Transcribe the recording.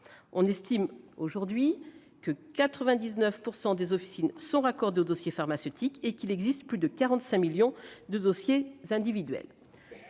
On estime aujourd'hui que 99 % des officines sont raccordées au dossier pharmaceutique, et qu'il existe plus de 45 millions de dossiers individuels.